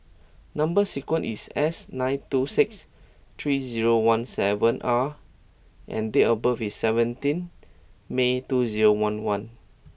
number sequence is S nine two six three zero one seven R and date of birth is seventeen May two zero one one